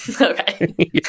Okay